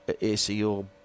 ACO